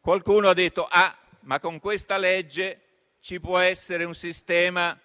Qualcuno ha detto che con questa legge ci può essere un sistema